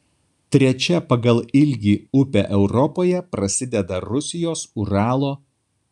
trečia pagal ilgį upė europoje prasideda rusijos uralo